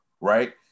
right